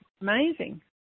amazing